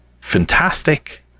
Fantastic